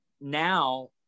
now